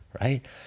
right